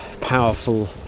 powerful